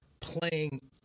playing